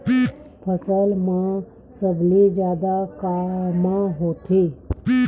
फसल मा सबले जादा कामा होथे?